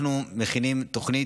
אנחנו מכינים תוכנית,